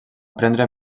prendre